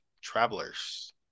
travelers